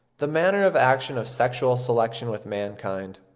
the manner of action of sexual selection with mankind.